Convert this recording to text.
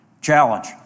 challenge